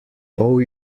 owe